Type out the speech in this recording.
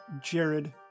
Jared